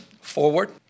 forward